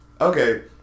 Okay